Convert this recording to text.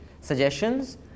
Suggestions